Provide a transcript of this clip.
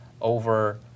over